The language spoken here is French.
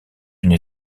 une